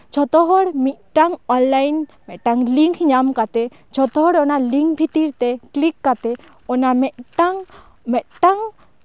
ᱡᱷᱚᱛᱚ ᱦᱚᱲ ᱢᱤᱫᱴᱟᱝ ᱚᱱᱞᱟᱭᱤᱱ ᱢᱤᱫᱴᱟᱝ ᱞᱤᱝᱠ ᱧᱟᱢ ᱠᱟᱛᱮᱫ ᱡᱷᱚᱛᱚ ᱦᱚᱲ ᱚᱱᱟ ᱞᱤᱝᱠ ᱵᱷᱤᱛᱤᱨ ᱛᱮ ᱠᱞᱤᱠ ᱠᱟᱛᱮᱫ ᱚᱱᱟ ᱢᱤᱫᱴᱟᱝ ᱢᱮᱫᱴᱟᱝ